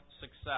success